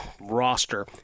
roster